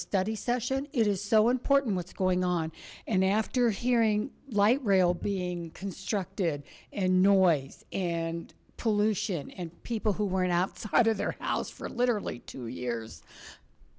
study session it is so important what's going on and after hearing light rail being constructed and noise and pollution and people who weren't outside of their house for literally two years